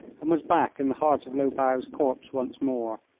and was back in the heart of lobau's corps once more.